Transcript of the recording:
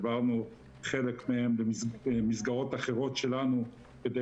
העברנו חלק מהם למסגרות אחרות שלנו כדי